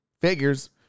Figures